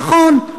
נכון.